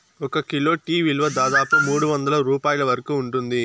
ఒక kilo tea విలువ దాదాపు మూడువందల రూపాయల వరకు ఉంటుంది